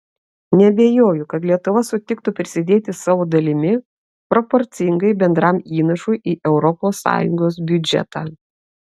neabejoju kad lietuva sutiktų prisidėti savo dalimi proporcingai bendram įnašui į europos sąjungos biudžetą